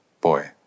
boy